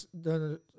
done